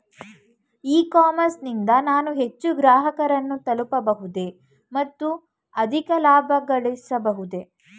E commerce ನಿಂದ ನಾನು ಹೆಚ್ಚು ಗ್ರಾಹಕರನ್ನು ತಲುಪಬಹುದೇ ಮತ್ತು ಅಧಿಕ ಲಾಭಗಳಿಸಬಹುದೇ?